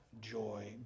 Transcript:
joy